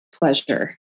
pleasure